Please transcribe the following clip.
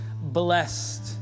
blessed